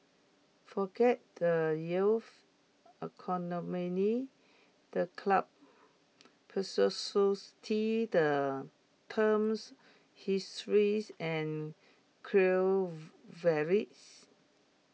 forget the youth the club the team's histories and core